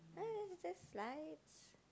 uh it's just slides